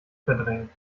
verdrängen